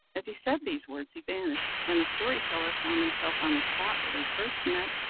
as he said these words he vanished and the story-teller found himself on the spot where they first met,